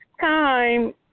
time